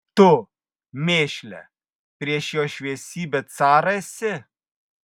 tu mėšle prieš jo šviesybę carą esi